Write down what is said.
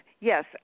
yes